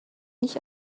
nicht